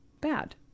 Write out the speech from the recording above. bad